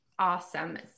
awesome